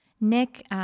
Nick